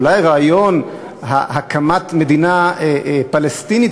אולי רעיון הקמת מדינה פלסטינית,